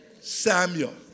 Samuel